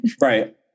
right